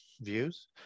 views